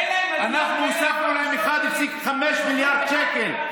אין להם, אנחנו הוספנו להם 1.5 מיליארד שקל.